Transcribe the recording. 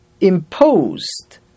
imposed